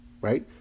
right